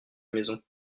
maison